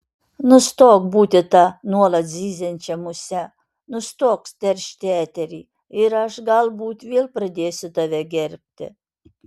nustok būti ta nuolat zyziančia muse nustok teršti eterį ir aš galbūt vėl pradėsiu tave gerbti